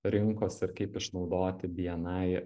rinkos ir kaip išnaudoti bni